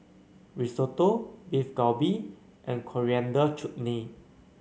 Risotto Beef Galbi and Coriander Chutney